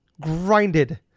grinded